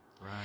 Right